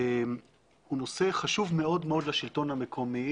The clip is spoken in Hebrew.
הוא נושא חשוב מאוד מאוד לשלטון המקומי,